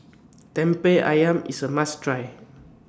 Lemper Ayam IS A must Try